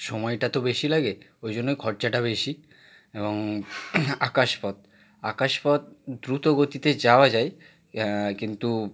সময়টা তো বেশি লাগে ওই জন্যই খরচাটা বেশি এবং আকাশপথ আকাশপথ দ্রুত গতিতে যাওয়া যায় কিন্তু